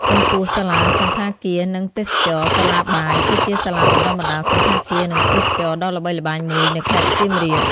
ចំពោះ សាលាសណ្ឋាគារ និងទេសចរណ៍ សាលាបាយ គឺជាសាលាបណ្តុះបណ្តាលសណ្ឋាគារ និងទេសចរណ៍ដ៏ល្បីល្បាញមួយនៅខេត្តសៀមរាប។